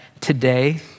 today